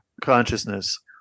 consciousness